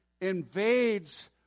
invades